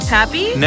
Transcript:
happy